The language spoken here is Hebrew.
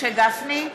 משה גפני,